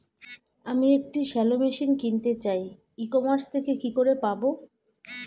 আমি একটি shallow machine কিনতে চাই ই কমার্স থেকে কি করে পাবো?